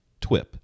twip